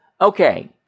Okay